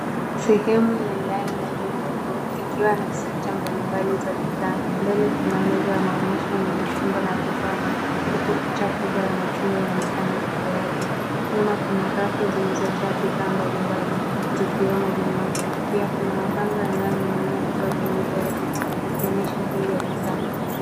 Sehemu ya ndani ya duka kuu ikiwa na sekta mbalimbali za bidhaa. Mbele kuna meza ya maonyesho yenye machungwa na tufaha huku picha kubwa ya machungwa yaonekana kando yake. Nyuma kuna rafu zilizojaa bidhaa mbalimbali zikiwemo vinywaji. Pia kuna mabango yanayoning'inia kutoka kwenye dari, yakionyesha bei ya bidhaa.